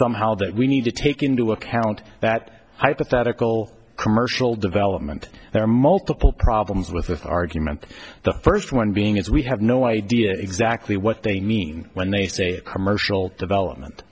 somehow that we need to take into account that hypothetical commercial development there are multiple problems with argument the first one being as we have no idea exactly what they mean when they say commercial development